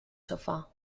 sofá